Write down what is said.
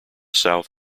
south